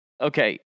Okay